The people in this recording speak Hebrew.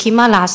כי מה לעשות,